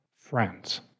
friends